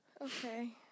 Okay